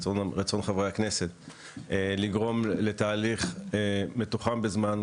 את רצון חברי הכנסת לגרום לתהליך מתוחם בזמן,